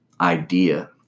idea